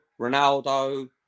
Ronaldo